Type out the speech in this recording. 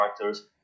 characters